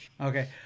Okay